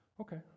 okay